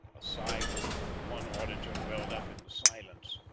a sigh from her one auditor welled up in the silence,